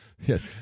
Yes